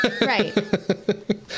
Right